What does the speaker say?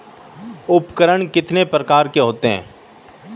उपकरण कितने प्रकार के होते हैं?